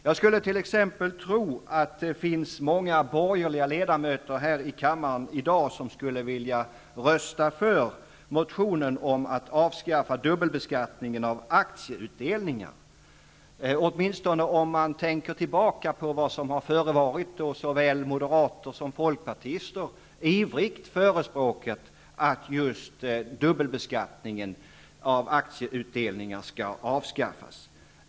Jag skulle t.ex. tro att många borgerliga ledamöter här i kammaren i dag skulle vilja rösta för motionen om avskaffande av dubbelbeskattningen av aktieutdelningar. Om man tänker tillbaka på vad som har förevarit, finner man att såväl moderater som folkpartister ivrigt har förespråket att dubbelbeskattningen av aktieutdelningar skall avskaffas.